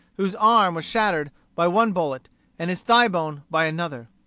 whose arm was shattered by one bullet and his thigh-bone by another.